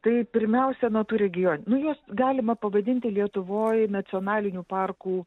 tai pirmiausia nuo tų region nu juos galima pavadinti lietuvoj nacionalinių parkų